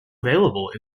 available